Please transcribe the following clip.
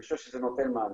אני חושב שזה נותן מענה.